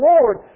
Lord